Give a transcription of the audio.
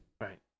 Right